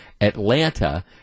Atlanta